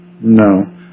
No